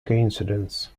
coincidence